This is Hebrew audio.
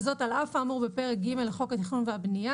וזאת על אף האמור בפרק ג' לחוק התכנון והבנייה,